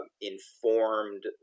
informed